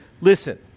listen